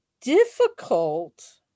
difficult